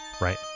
right